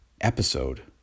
episode